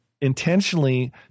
intentionally